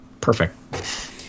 perfect